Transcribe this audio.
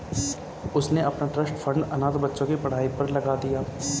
उसने अपना trust fund अनाथ बच्चों की पढ़ाई पर लगा दिया